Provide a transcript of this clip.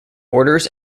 orders